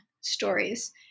stories